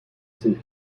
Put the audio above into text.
sind